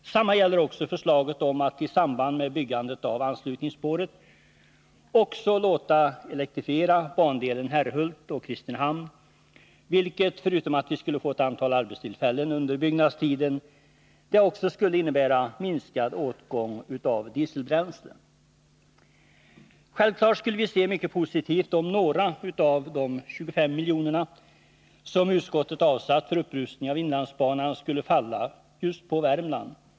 Detsamma gäller förslaget om att i samband med byggande av anslutningsspåret också låta elektrifiera bandelen Herrhult-Kristinehamn, vilket förutom att vi skulle få ett antal arbetstillfällen under byggnadstiden också skulle innebära minskad åtgång av dieselbränsle. Självfallet skulle vi se det mycket positivt, om några av de 25 miljoner som utskottet avsatt för upprustning av inlandsbanan skulle tillfalla just Värmland.